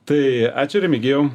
tai ačiū remigijau